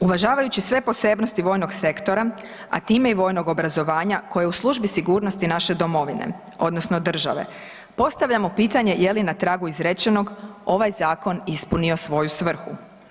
Uvažavajući sve posebnosti vojnog sektora, a time i vojnog obrazovanja koje je u službi sigurnosti naše domovine, odnosno države, postavljamo pitanje je li na tragu izrečenog, ovaj zakon ispunio svoju svrhu.